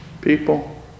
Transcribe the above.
people